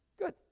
Good